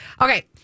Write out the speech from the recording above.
Okay